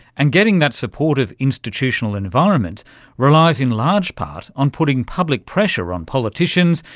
and getting that supportive institutional environment relies in large part on putting public pressure on politicians,